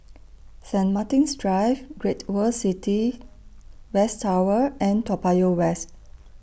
Saint Martin's Drive Great World City West Tower and Toa Payoh West